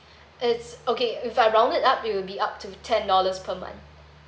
it's okay if I rounded up it'll be up to ten dollars per month